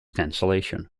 cancellation